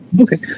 Okay